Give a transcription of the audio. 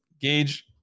Gage